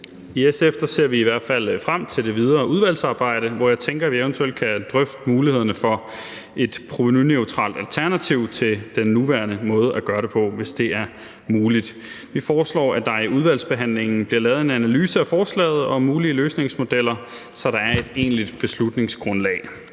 I SF ser vi i hvert fald frem til det videre udvalgsarbejde, hvor jeg tænker, at vi eventuelt kan drøfte mulighederne for et provenuneutralt alternativ til den nuværende måde at gøre det på, hvis det er muligt. Vi foreslår, at der i udvalgsbehandlingen bliver lavet en analyse af forslaget om mulige løsningsmodeller, så der er et egentligt beslutningsgrundlag.